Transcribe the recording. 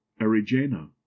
erigena